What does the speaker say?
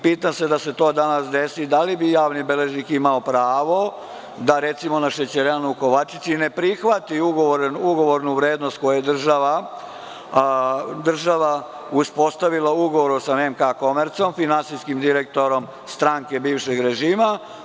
Pitam se da se to danas desi da li bi javni beležnik imao pravo da recimo na šećerani u Kovačici ne prihvati ugovornu vrednost koju je država uspostavila u ugovoru sa „MK Komercom“, finansijskim direktorom stranke bivšeg režima.